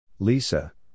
Lisa